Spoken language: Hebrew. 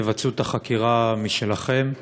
ותבצעו חקירה משלכם.